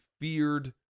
feared